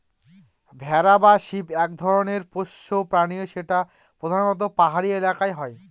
ভেড়া বা শিপ এক ধরনের পোষ্য প্রাণী যেটা প্রধানত পাহাড়ি এলাকায় হয়